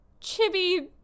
chibi